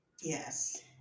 Yes